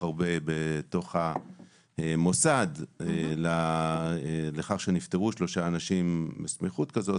הרבה בתוך המוסד לכך שנפטרו שלושה אנשים בסמיכות כזו,